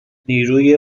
نیروی